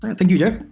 thank you, jeff